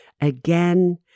Again